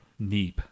Neep